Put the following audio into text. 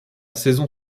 saison